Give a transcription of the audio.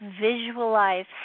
visualize